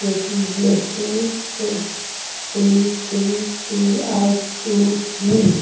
ꯀꯦ P J C six three three two eight ꯇꯨꯅꯤ